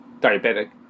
diabetic